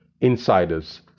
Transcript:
insiders